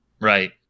Right